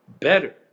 Better